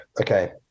Okay